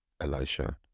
Elisha